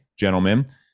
gentlemen